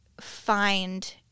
find